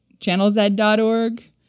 channelz.org